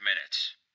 minutes